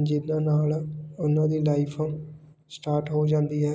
ਜਿਹਨਾਂ ਨਾਲ ਉਹਨਾਂ ਦੀ ਲਾਈਫ ਸਟਾਰਟ ਹੋ ਜਾਂਦੀ ਹੈ